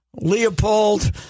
Leopold